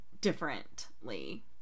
differently